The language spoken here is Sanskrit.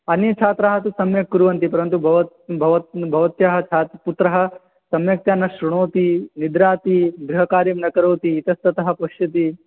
अन्यछात्राः तु सम्यक् कुर्वन्ति परन्तु भवत् भवत् भवत्याः छा पुत्रः सम्यक्तया न श्रुणोति निद्राति गृहकार्यं न करोति इतस्ततः पश्यति